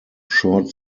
short